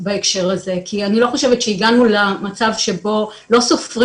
בהקשר הזה כי אני חושבת שהגענו למצב שבו לא סופרים